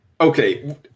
Okay